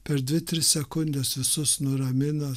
per dvi tris sekundes visus nuramina